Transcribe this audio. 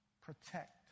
protect